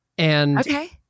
Okay